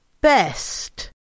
best